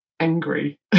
angry